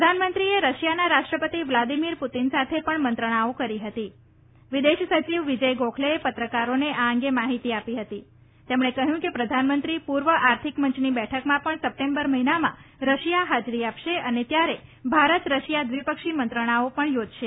પ્રધાનમંત્રીએ રશિયાના રાષ્ટ્રપતિ વ્લાદીમીર પુતીન સાથે પણ મંત્રણાઓ કરી હતી વિદેશ સયિવશ્રી વિજય ગોખલેએ પત્રકારોને આ ્્ગે માહિતી આપી હતી તેમણે કહ્યું કે પ્રધાનમંત્રી પૂવ આર્થિક મંચની બેઠકમાં પણ સપ્ટેમબર મહિનામાં રશિયામાં હાજરી આપશે અને ત્યારે ભારત રશિયા દ્વિપક્ષી મંત્રણાઓ પણ યોજાશે